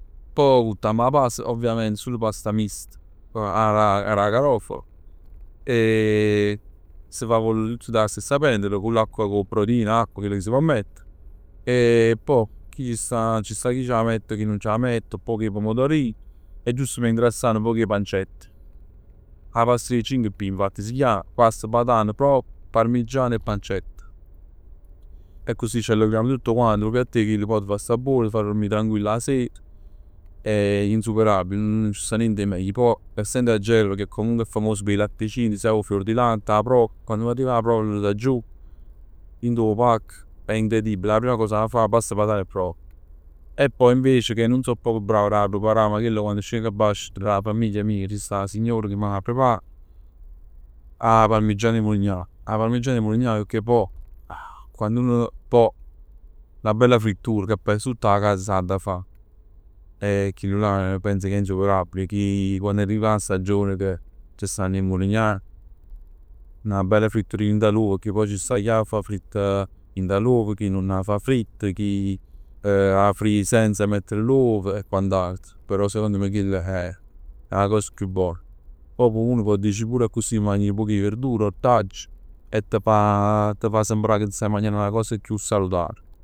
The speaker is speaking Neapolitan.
Poj vuttamm 'a pasta. Ovviamente sul pasta mista d' 'a Garofalo e s' fa vollere tutt dint 'a stessa pentola, cu l'acqua cu 'o brodino, acqua e chell che si pò mettere. E poj ci sta, ci sta chi c' 'a mett e chi nun c' 'a mett, 'o poc 'e pomodorino e giusto p' ingrassà nu poc 'e pancett. 'A pasta cu 'e cinc P infatti si chiamm. Pasta, patan, provola, parmigian e pancett. E accussì c'arrecreamm tutt quant. Nu piatt accussì t' fa sta buon, t' fa durmì tranquill 'a sera e è insuperabile. Nun c' sta niente 'e meglio. Pò essendo 'e Agerola che comunque è famosa p' 'e latticini, p' 'o fiordilatte, 'a provola, quann arriva 'a provola da giù, dint 'o pacc è incredibile. 'A prima cosa 'a fa è 'a pasta patan e provola. E poi invece che nun so proprio bravo a d' 'a preparà, ma chell quando sceng abbasc e truov 'a famiglia mij, c' sta 'a signora che m' 'a prepara, 'a parmigiana 'e mulignan. 'A parmigiana 'e mulignan che pò quann uno, pò 'na bella frittura che 'a casa s'adda fa. E chillu'llà penso che è insuperabile, chi quann arriva 'a stagione che c' stann 'e mulignan. 'Na bella frittura dint 'a l'uovo, pecchè poi ci sta chi 'a fa fritta dint 'a l'uovo e chi nun 'a fa fritta. Chi 'a frie senza mettere l'uovo e quant'altro, però secondo me chell è 'a cosa chiù bona. Poj uno pò dicere pur accussì m' magn nu poc 'e verdura, ortaggi e t' fa 'a, t' fa sembrà che t' staje magnann 'na cosa chiù salutar.